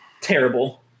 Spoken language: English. terrible